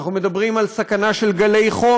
אנחנו מדברים על סכנה של גלי חום.